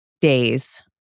days